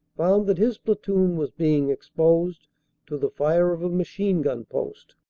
found that his platoon was being exposed to the fire of a machine-gun post.